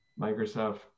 Microsoft